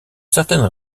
certaines